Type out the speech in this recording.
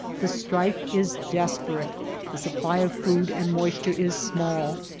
the strife is des perate the supply of food and moisture is small,